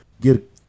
get